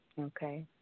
Okay